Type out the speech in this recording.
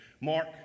Mark